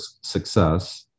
success